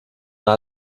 mehr